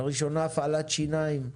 לראשונה הפעלת שיניים.